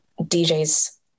DJ's